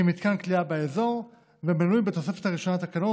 כמתקן כליאה באזור ומנוי בתוספת הראשונה לתקנות,